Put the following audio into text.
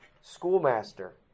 schoolmaster